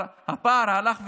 הפער הלך וגדל.